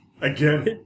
again